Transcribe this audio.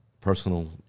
personal